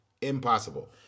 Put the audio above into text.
impossible